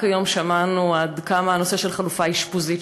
רק היום שמענו עד כמה הנושא של חלופה אשפוזית,